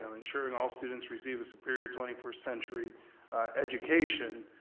so ensuring all students receive a superior twenty first century education.